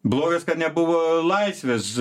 blogas kad nebuvo laisvės